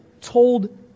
told